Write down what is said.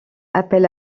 appelle